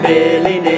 Billy